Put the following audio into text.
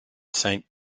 saint